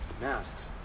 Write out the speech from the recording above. masks